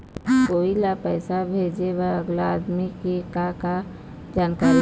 कोई ला पैसा भेजे बर अगला आदमी के का का जानकारी चाही?